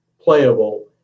playable